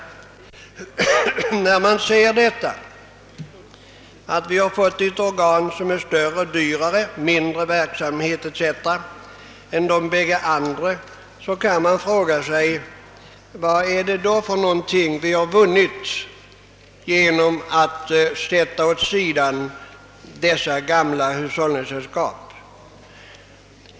När vi får ett organ som är större och dyrare men har ett mindre verksamhetsområde än de bägge tidigare kan vi fråga oss: Vad är det för någonting vi har vunnit genom att sätta dessa gamla hushållningssällskap åt sidan?